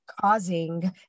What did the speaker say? causing